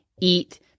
eat